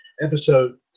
episode